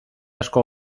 asko